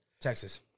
Texas